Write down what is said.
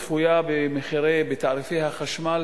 הצפויה בתעריפי החשמל,